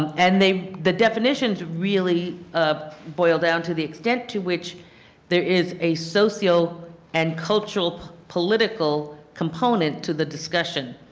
and the the definitions really boil down to the extent to which there is a socio and cultural political component to the discussion.